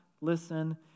listen